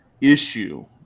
issue